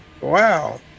Wow